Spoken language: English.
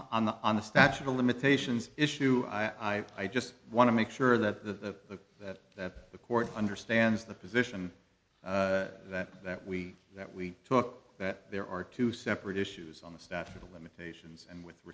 on the on the statute of limitations issue i just want to make sure that the that that the court understands the position that that we that we took that there are two separate issues on the statute of limitations and with